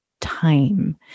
time